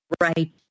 right